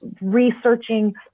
researching